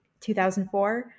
2004